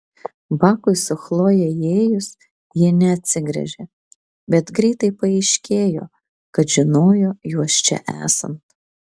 bakui su chloje įėjus ji neatsigręžė bet greitai paaiškėjo kad žinojo juos čia esant